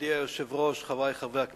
מכובדי היושב-ראש, חברי חברי הכנסת,